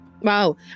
Wow